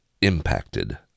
impacted